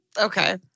Okay